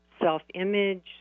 self-image